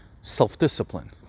Self-discipline